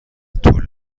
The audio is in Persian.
طول